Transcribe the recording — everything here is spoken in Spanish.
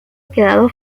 quedado